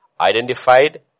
Identified